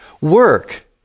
Work